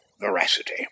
veracity